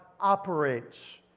operates